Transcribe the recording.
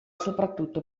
soprattutto